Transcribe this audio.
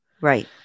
Right